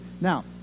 Now